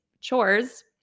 chores